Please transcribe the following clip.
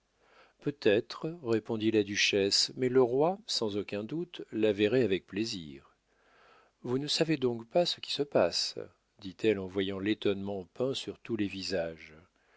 peut-être répondit la duchesse mais le roi sans aucun doute la verrait avec plaisir vous ne savez donc pas ce qui se passe dit-elle en voyant l'étonnement peint sur tous les visages